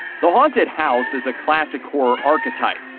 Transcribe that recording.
the haunted house is a classic horror archetype.